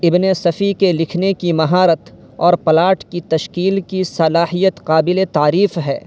ابنِ صفی کے لکھنے کی مہارت اور پلاٹ کی تشکیل کی صلاحیت قابلِ تعریف ہے